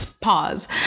pause